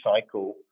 cycle